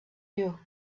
you